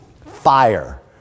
fire